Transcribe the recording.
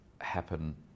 happen